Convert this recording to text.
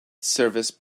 service